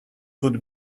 would